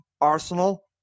Arsenal